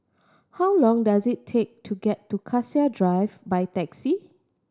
how long does it take to get to Cassia Drive by taxi